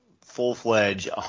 full-fledged